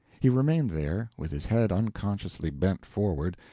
he remained there, with his head unconsciously bent forward,